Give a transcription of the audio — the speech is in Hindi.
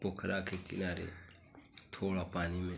पोखर के किनारे थोड़ा पानी में